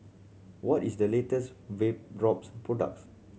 what is the latest Vapodrops products